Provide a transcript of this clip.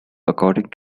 according